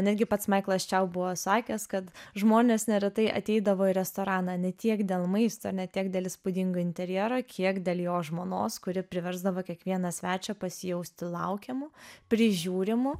netgi pats maiklas čiau buvo sakęs kad žmonės neretai ateidavo į restoraną ne tiek dėl maisto ir ne tiek dėl įspūdingo interjero kiek dėl jo žmonos kuri priversdavo kiekvieną svečią pasijausti laukiamu prižiūrimu